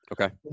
Okay